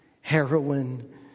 heroin